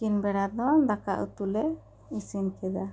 ᱛᱤᱠᱤᱱ ᱵᱮᱲᱟ ᱫᱚ ᱫᱟᱠᱟ ᱩᱛᱩ ᱞᱮ ᱤᱥᱤᱱ ᱠᱮᱫᱟ